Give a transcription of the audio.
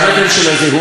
הרלוונטי.